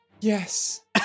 Yes